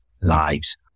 lives